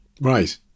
Right